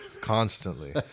constantly